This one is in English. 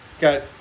got